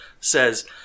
says